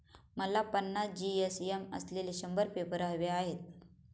मला पन्नास जी.एस.एम असलेले शंभर पेपर हवे आहेत